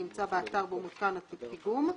הנמצא באתר בו מותקן הפיגום.